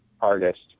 artist